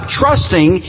trusting